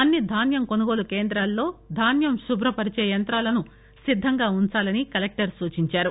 అన్ని ధాన్యం కొనుగోలు కేంద్రాలలో దాన్యం శుభ్రపరిచే యంత్రాలను సిద్దంగా ఉంచాలని కలెక్టర్ సూచించారు